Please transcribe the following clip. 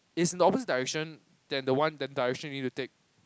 it's in the opposite direction than the one that direction you need to take